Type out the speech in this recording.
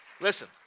Listen